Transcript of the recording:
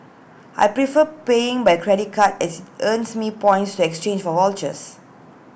I prefer paying by credit card as IT earns me points to exchange for vouchers